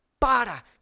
para